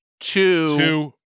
two